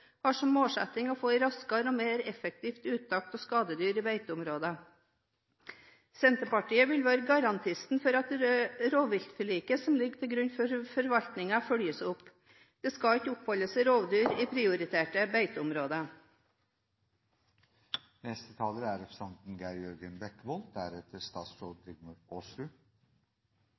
har som målsetting å få raskere og mer effektivt uttak av skadedyr i beiteområder. Senterpartiet vil være garantist for at rovviltforliket som ligger til grunn for forvaltningen, følges opp. Det skal ikke oppholde seg rovdyr i prioriterte beiteområder. Sametinget er